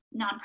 nonprofit